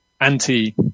anti